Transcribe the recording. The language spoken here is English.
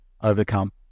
overcome